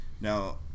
Now